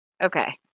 Okay